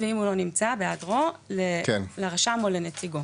ואם הוא לא נמצא, בהיעדרו לרשם או לנציגו.